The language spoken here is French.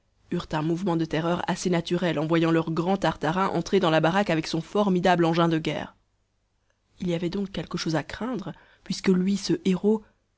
eurent un mouvement de terreur assez naturel en voyant leur grand tartarin entrer dans la baraque avec son formidable engin de guerre il y avait donc quelque chose à craindre puisque lui ce héros